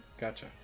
Gotcha